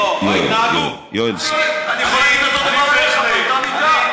אני יכול להגיד אותו דבר עליך, באותה מידה.